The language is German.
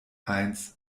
eins